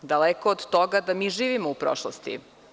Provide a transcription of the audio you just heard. Daleko od toga da mi živimo u prošlosti.